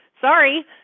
Sorry